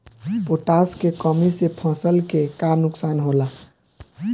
Potash के कमी से फसल के का नुकसान होला?